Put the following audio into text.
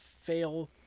fail